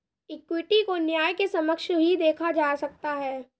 equity को न्याय के समक्ष ही देखा जा सकता है